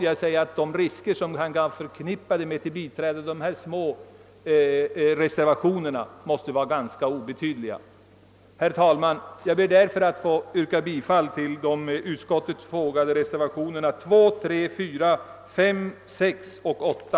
I jämförelse därmed är de risker som kan vara förknippade med ett bifall till reservationerna i detta fall ganska obetydliga. Herr talman! Jag ber att få yrka bifall till de vid statsutskottets utlåtande nr 57 fogade reservationerna 2, 3, 4, 5, 6 och 8.